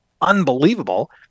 unbelievable